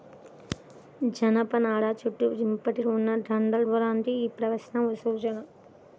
జనపనార చుట్టూ ఇప్పటికీ ఉన్న గందరగోళానికి ఈ ప్రశ్న సూచన